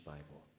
Bible